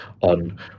on